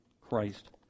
Christ